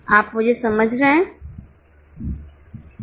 आप मुझे समझ रहे हैं